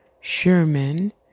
Sherman